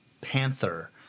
panther